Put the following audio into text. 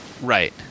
right